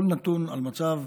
כל נתון על מצב,